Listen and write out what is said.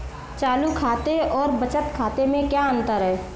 चालू खाते और बचत खाते में क्या अंतर है?